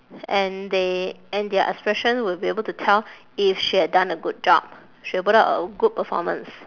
and they and their expression will be able to tell if she had done a good job she will put up a good performance